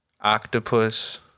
octopus